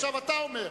עכשיו אתה אומר,